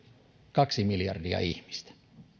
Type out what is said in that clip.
kaksi miljardia ihmistä